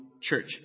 church